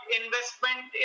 investment